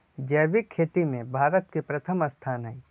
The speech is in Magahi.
जैविक खेती में भारत के प्रथम स्थान हई